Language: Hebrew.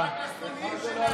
לך זה לא היה מלכתחילה.